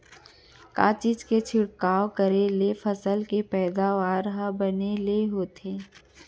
का चीज के छिड़काव करें ले फसल के पैदावार ह बने ले होथे?